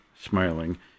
smiling